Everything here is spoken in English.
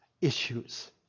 issues